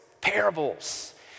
parables